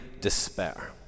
despair